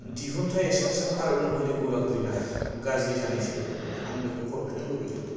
दिहुनथाइ essential herbal Holi गुलाल ग्रिनआ गाज्रि जानायसो आं बेखौ हरफिन्नो लुबैदों